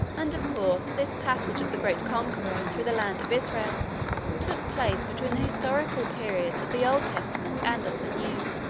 and, of course, this passage of the great conqueror through the land of israel took place between the historical periods of the old testament and of the new,